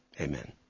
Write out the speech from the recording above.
amen